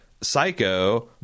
psycho